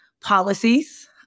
policies